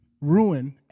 ruin